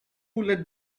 let